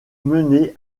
mener